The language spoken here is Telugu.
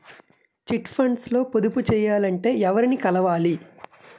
చిట్ ఫండ్స్ లో పొదుపు చేయాలంటే ఎవరిని కలవాలి?